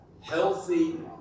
healthy